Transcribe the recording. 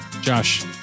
Josh